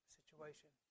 situation